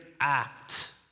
act